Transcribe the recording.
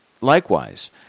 likewise